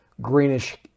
greenish